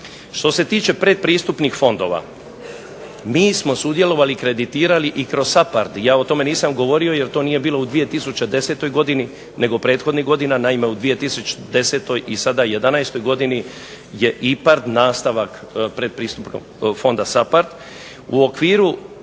Što se tiče pretpristupnih fondova, mi smo sudjelovali i kreditirali i kroz SAPARD. Ja o tome nisam govorio jer to nije bilo u 2010. godini nego prethodni godina. Naime u 2010. i sada 2011. godini je IPARD nastavak fonda SAPARD.